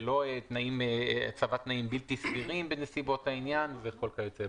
ללא הצבת תנאים בלתי סבירים בנסיבות העניין וכיוצא בזה.